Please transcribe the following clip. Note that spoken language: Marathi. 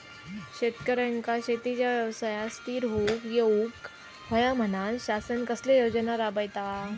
शेतकऱ्यांका शेतीच्या व्यवसायात स्थिर होवुक येऊक होया म्हणान शासन कसले योजना राबयता?